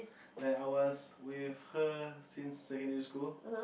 like I was with her since secondary school